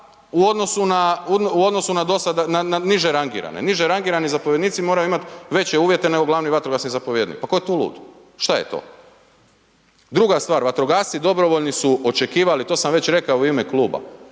na dosad, na niže rangirane, niže rangirani zapovjednici moraju imat veće uvjete nego glavni vatrogasni zapovjednik, pa ko je tu lud, šta je to? Druga stvar, vatrogasci dobrovoljni su očekivali, to sam već rekao u ime kluba,